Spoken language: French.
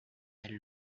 elle